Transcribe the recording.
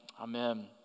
Amen